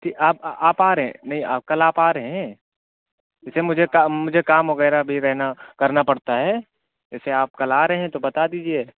کہ آپ آپ آ رہے ہیں نہیں آپ کل آپ آ رہے ہیں جیسے مجھے کام مجھے کام وغیرہ بھی رہنا کرنا پڑتا ہے جیسے آپ کل آ رہے ہیں تو بتا دیجیے